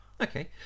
Okay